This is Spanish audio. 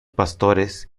pastores